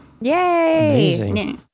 Yay